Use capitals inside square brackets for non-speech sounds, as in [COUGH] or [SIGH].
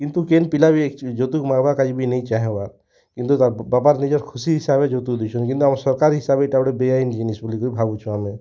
କିନ୍ତୁ କେନ୍ ପିଲା ବି [UNINTELLIGIBLE] ଯୌତୁକ୍ ମାଗବାର୍ କା ଯେ ବି ନେଇ ଚାହେଁବାର୍ କିନ୍ତୁ ତା'ର୍ ବାପାର୍ ନିଜର୍ ଖୁସି ହିସାବ୍ରେ ଯୌତୁକ୍ ଦେଉଛନ୍ କିନ୍ତୁ ଆମର୍ ସରକାର୍ ହିସାବ୍ ରେ ଇ'ଟା ଗୁଟେ ବେଆଇନ୍ ଜିନିଷ୍ ବୋଲି ଭାବୁଛୁଁ ଆମେ